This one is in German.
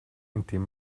indem